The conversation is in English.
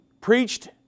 preached